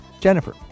Jennifer